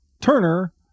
Turner